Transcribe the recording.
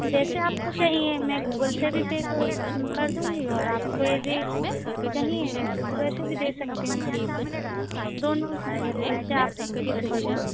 जैसे आपको चाहिए मैं गूगल से भी पे कर मैं कर दूँगी और आपको यदि चाहिए वैसे तो वैसे भी दे सकती हूँ मैं दोनों साइड से जैसे आपकी सुविधा